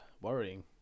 worrying